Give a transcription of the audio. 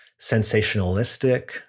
sensationalistic